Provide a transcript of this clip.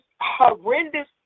horrendous